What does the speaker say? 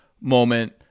moment